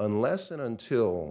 unless and until